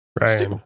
Right